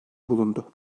bulundu